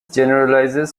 generalizes